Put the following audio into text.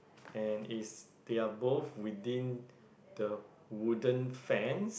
and is they are both within the wooden fans